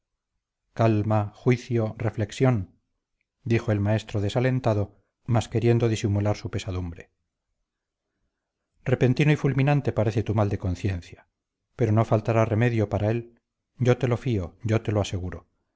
calma juicio reflexión dijo el maestro desalentado mas queriendo disimular su pesadumbre repentino y fulminante parece tu mal de conciencia pero no faltará remedio para él yo te lo fío yo te lo aseguro